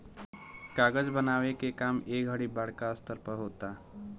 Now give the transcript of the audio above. कागज बनावे के काम ए घड़ी बड़का स्तर पर होता